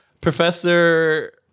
Professor